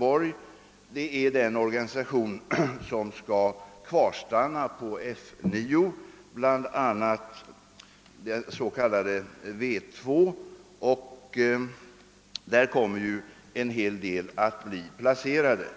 besked om hur den organisation skall se ut som skall kvarstanna vid F 9. Detta rör bl.a. den s.k. W 2, inom vilken en hel del kommer att bli placerade.